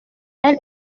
elle